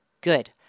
good